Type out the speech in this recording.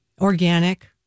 Organic